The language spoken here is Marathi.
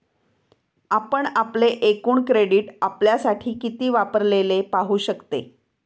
आपण आपले एकूण क्रेडिट आपल्यासाठी किती वापरलेले पाहू शकते